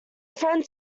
friend